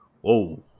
Whoa